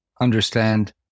understand